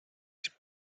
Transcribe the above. these